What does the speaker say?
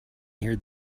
near